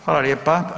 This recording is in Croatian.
Hvala lijepa.